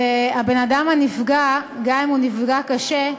והבן-אדם הנפגע, גם אם הוא נפגע קשה,